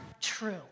true